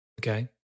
Okay